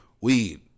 weed